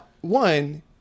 one